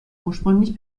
ursprünglich